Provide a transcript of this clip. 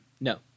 No